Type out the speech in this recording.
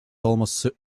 almost